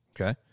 okay